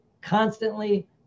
constantly